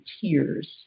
tears